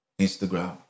Instagram